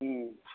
उम